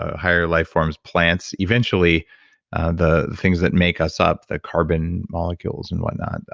ah higher life forms, plants, eventually the things that make us up, the carbon molecules and whatnot,